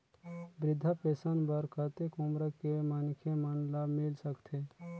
वृद्धा पेंशन बर कतेक उम्र के मनखे मन ल मिल सकथे?